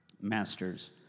Masters